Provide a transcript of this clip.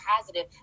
positive